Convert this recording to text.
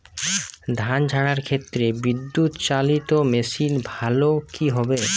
ধান ঝারার ক্ষেত্রে বিদুৎচালীত মেশিন ভালো কি হবে?